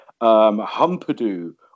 Humperdoo